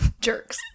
Jerks